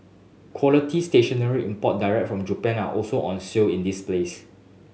quality stationery imported directly from Japan are also on sale in this place